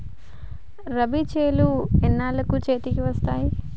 రబీ చేలు ఎన్నాళ్ళకు చేతికి వస్తాయి?